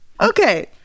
Okay